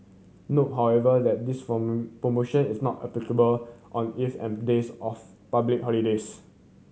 note however that this form promotion is not applicable on eve and days of public holidays